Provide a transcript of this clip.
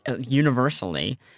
universally